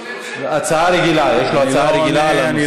הצעה רגילה, יש לו הצעה רגילה בנושא.